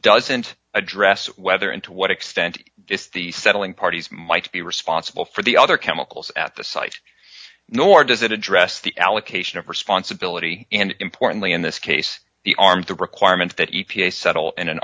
doesn't address whether and to what extent is the settling parties might be responsible for the other chemicals at the site nor does it address the allocation of responsibility and importantly in this case the arm the requirement that e t a settle in an